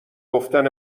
گفتن